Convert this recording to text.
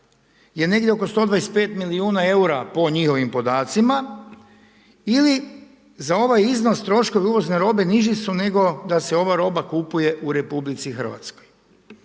je negdje oko 125 milijuna eura, po njihovim podacima ili za ovaj iznos troškovi uvozne robe niži su nego da se ova roba kupuje u RH, što